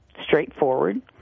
straightforward